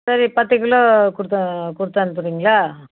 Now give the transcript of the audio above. சரி பத்துக் கிலோ கொடுத்து கொடுத்தனுப்புறீங்களா